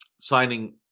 signing